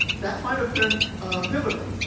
that might have been pivotal.